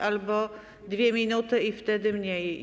albo 2 minuty - i wtedy mniej.